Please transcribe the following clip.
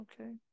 okay